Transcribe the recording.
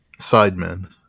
Sidemen